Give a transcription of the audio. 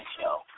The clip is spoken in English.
show